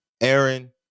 Aaron